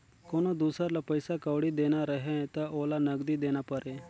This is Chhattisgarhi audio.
कोनो दुसर ल पइसा कउड़ी देना रहें त ओला नगदी देना परे